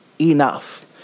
enough